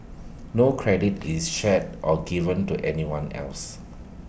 no credit is shared or given to anyone else